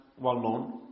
well-known